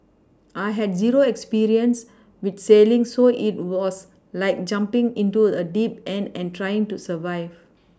I had zero experience with sailing so it was like jumPing into a deep end and trying to survive